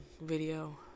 video